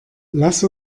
lass